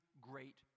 great